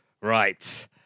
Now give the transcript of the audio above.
Right